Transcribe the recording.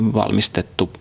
valmistettu